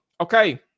okay